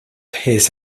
his